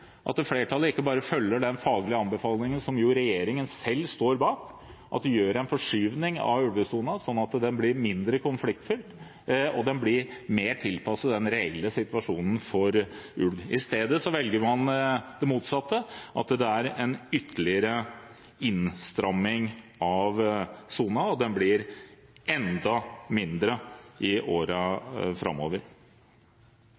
at flertallet ikke følger den faglige anbefalingen som regjeringen selv står bak, at man gjør en forskyvning av ulvesonen for å få den mindre konfliktfylt og mer tilpasset den reelle situasjonen for ulv. I stedet velger man det motsatte, en ytterligere innstramming av sonen, slik at den blir enda mindre i